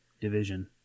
division